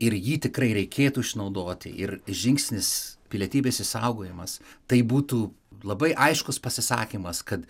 ir jį tikrai reikėtų išnaudoti ir žingsnis pilietybės išsaugojimas tai būtų labai aiškus pasisakymas kad